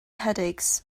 headaches